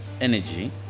energy